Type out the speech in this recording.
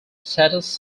status